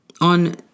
on